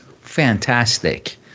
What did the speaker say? fantastic